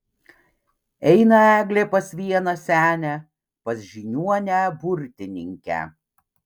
eina eglė pas vieną senę pas žiniuonę burtininkę